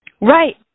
Right